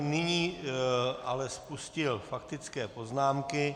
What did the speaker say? Nyní ale spustil faktické poznámky.